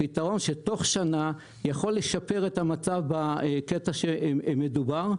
שתוך שנה יכול לשפר את המצב בקטע המדובר.